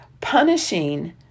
punishing